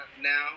now